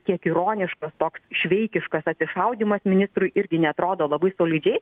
kiek ironiškas toks šveikiškas atsišaudymas ministrui irgi neatrodo labai solidžiai